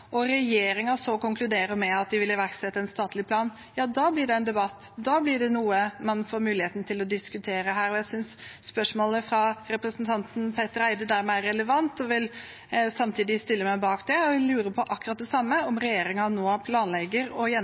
og regjeringen så konkluderer med at de vil iverksette en statlig plan, blir det en debatt og noe man får mulighet til å diskutere her. Jeg synes spørsmålet fra representanten Petter Eide dermed er relevant og vil stille meg bak det. Jeg lurer på akkurat det samme: Planlegger regjeringen nå